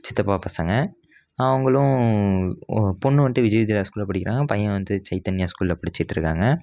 சித்தப்பா பசங்கள் அவங்களும் பொண்ணு வந்துட்டு விஜயதேவா ஸ்கூலில் படிக்கிறாங்க பையன் வந்து சைதன்யா ஸ்கூலில் படிச்சுட்ருக்காங்க